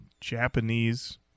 Japanese